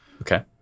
Okay